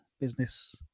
business